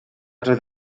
doedd